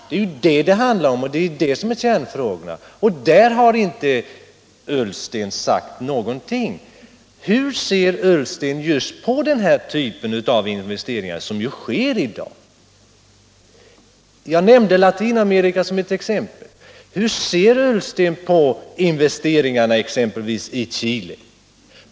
Det är ju detta det handlar om, det är detta som är kärnfrågan, och därom har inte herr Ullsten sagt någonting. Hur ser herr Ullsten på den typen av investeringar, som ju sker i dag? Jag nämnde Latinamerika som ett exempel. Hur ser herr Ullsten på investeringarna i Chile?